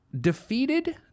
defeated